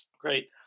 Great